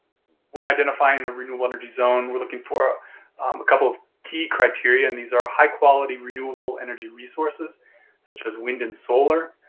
when identifying a renewable energy zone we're looking for a couple of key criteria, and these are high-quality renewable energy resources such as wind and solar,